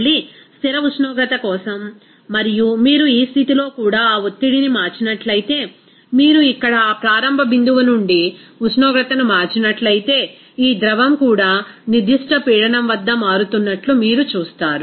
మళ్లీ స్థిర ఉష్ణోగ్రత కోసం మరియు మీరు ఈ స్థితిలో కూడా ఆ ఒత్తిడిని మార్చినట్లయితే మీరు ఇక్కడ ఆ ప్రారంభ బిందువు నుండి ఉష్ణోగ్రతను మార్చినట్లయితే ఈ ద్రవం కూడా నిర్దిష్ట పీడనం వద్ద మారుతున్నట్లు మీరు చూస్తారు